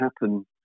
happen